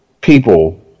people